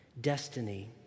destiny